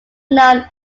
known